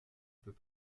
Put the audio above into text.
peux